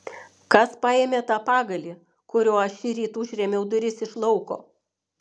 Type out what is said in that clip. kas paėmė tą pagalį kuriuo aš šįryt užrėmiau duris iš lauko